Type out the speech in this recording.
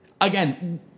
again